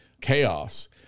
chaos